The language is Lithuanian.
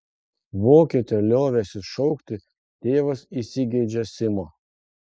vokietę liovęsis šaukti tėvas įsigeidžia simo